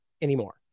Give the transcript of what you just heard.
anymore